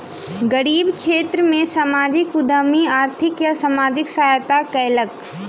गरीब क्षेत्र में सामाजिक उद्यमी आर्थिक आ सामाजिक सहायता कयलक